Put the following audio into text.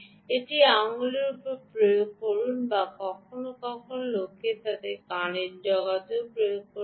এটি আঙুলের উপর প্রয়োগ করুন বা কখনও কখনও লোকেরা এখানে কানের ডগায় প্রয়োগও করে